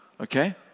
Okay